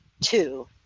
Two